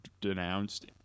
denounced